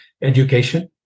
education